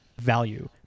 value